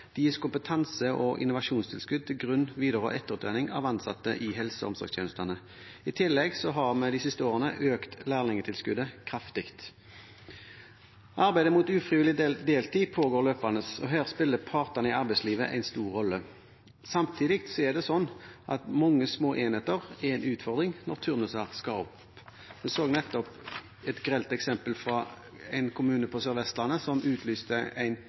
det gis kompetanse- og innovasjonstilskudd til grunn-, videre- og etterutdanning av ansatte i helse- og omsorgstjenestene. I tillegg har vi de siste årene økt lærlingtilskuddet kraftig. Arbeidet mot ufrivillig deltid pågår løpende, og her spiller partene i arbeidslivet en stor rolle. Samtidig er det slik at mange små enheter er en utfordring når turnuser skal gå opp. Vi så nettopp et grelt eksempel fra en kommune på Sør-Vestlandet som utlyste en